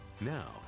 Now